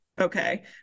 okay